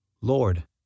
Lord